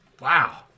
Wow